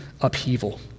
upheaval